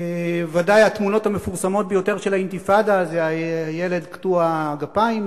בוודאי התמונות המפורסמות ביותר של האינתיפאדה הן של הילד קטוע הגפיים,